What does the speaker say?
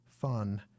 fun